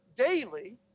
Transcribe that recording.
Daily